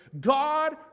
God